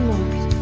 Lord